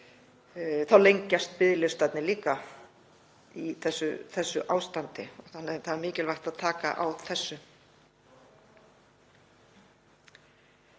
þá lengjast biðlistarnir líka í þessu ástandi, þannig að það er mikilvægt að taka á þessu.